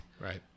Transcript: right